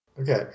Okay